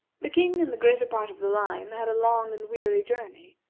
the king and the greater part of the line had a long and weary journey,